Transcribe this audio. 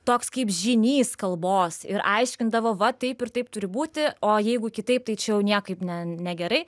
toks kaip žinys kalbos ir aiškindavo va taip ir taip turi būti o jeigu kitaip tai čia jau niekaip ne negerai